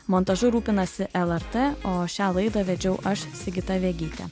montažu rūpinasi lrt o šią laidą vedžiau aš sigita vegytė